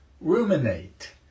ruminate